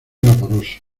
vaporoso